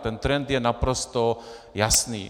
Ten trend je naprosto jasný.